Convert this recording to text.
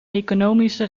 economische